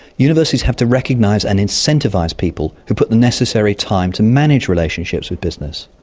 universities have to recognise and incentivise people who put the necessary time to manage relationships with business.